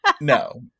No